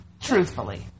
truthfully